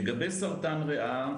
לגבי סרטן ריאה,